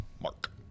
Mark